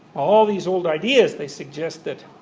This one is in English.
all these old ideas, they suggest that